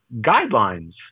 guidelines